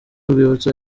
urwibutso